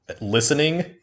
Listening